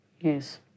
Yes